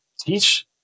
teach